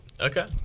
Okay